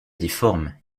difforme